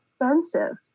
expensive